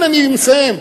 אני מסיים.